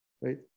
Right